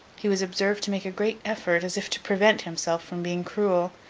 he was observed to make a great effort, as if to prevent himself from being cruel,